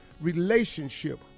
relationship